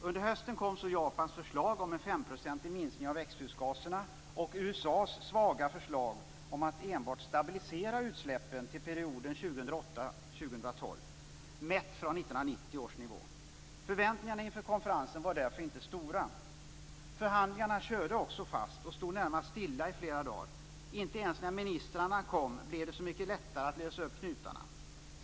Under hösten kom så Japans förslag om en 5-procentig minskning av växthusgaserna och USA:s svaga förslag om att enbart stabilisera utsläppen till perioden 2008-2012 mätt från 1990 års nivå. Förväntningarna inför konferensen var därför inte stora. Förhandlingarna körde också fast och stod närmast stilla i flera dagar. Inte ens när ministrarna kom blev det så mycket lättare att lösa upp knutarna.